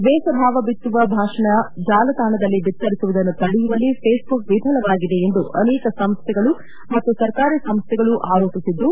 ದ್ವೇಷಭಾವ ಬಿತ್ತುವ ಭಾಷಣ ಜಾಲತಾಣದಲ್ಲಿ ಬಿತ್ತರಿಸುವುದನ್ನು ತಡೆಯುವಲ್ಲಿ ಫೇಸ್ಬುಕ್ ವಿಫಲವಾಗಿದೆ ಎಂದು ಅನೇಕ ಸಂಸ್ಥೆಗಳು ಮತ್ತು ಸರ್ಕಾರಿ ಸಂಸ್ಥೆಗಳು ಆರೋಪಿಸಿದ್ದು